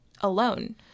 alone